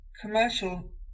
commercial